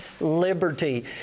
Liberty